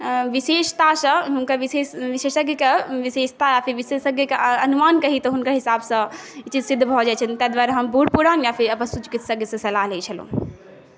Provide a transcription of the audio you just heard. विशेषतासँ हुनकर विशेषज्ञ कऽ विशेषता विशेषज्ञके अनुमान कही तऽ हुनका हिसाबसँ ई चीज सिद्ध भऽ जाइत छनि ताहि दुआरे हम बूढ़ पुरान या फेर पशु चिकित्सज्ञ से सलाह लैत छलहुँ